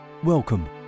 Welcome